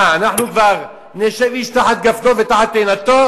מה, אנחנו כבר נשב איש תחת גפנו ותחת תאנתו?